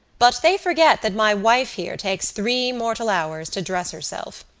but they forget that my wife here takes three mortal hours to dress herself.